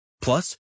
Plus